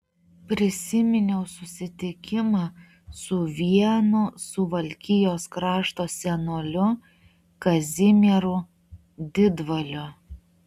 prisiminiau susitikimą su vienu suvalkijos krašto senoliu kazimieru didvaliu